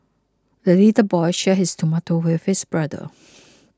the little boy shared his tomato with his brother